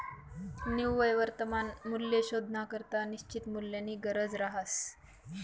निव्वय वर्तमान मूल्य शोधानाकरता निश्चित मूल्यनी गरज रहास